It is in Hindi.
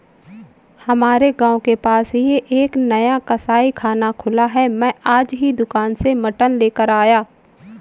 हमारे गांव के पास ही एक नया कसाईखाना खुला है मैं आज ही दुकान से मटन लेकर आया